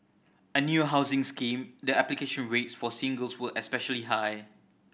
a new housing scheme the application rates for singles were especially high